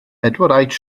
edward